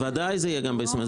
בוודאי שזה יהיה גם ב-SMS.